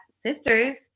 sisters